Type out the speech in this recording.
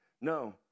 No